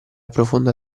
profonda